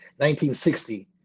1960